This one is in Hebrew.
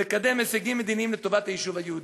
ולקדם הישגים מדיניים לטובת היישוב היהודי.